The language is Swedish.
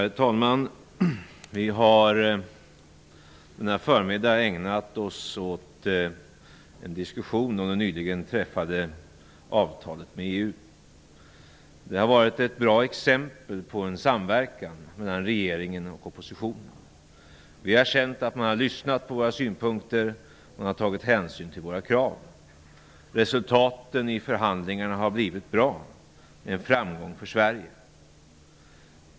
Herr talman! Vi har denna förmiddag ägnat oss åt en diskussion om det nyligen träffade avtalet med EU. Det är ett exempel på en bra samverkan mellan regeringen och oppositionen. Vi har känt att man har lyssnat på våra synpunkter och att man har tagit hänsyn till våra krav. Resultaten i förhandlingarna har blivit bra. Det är en framgång för Sverige.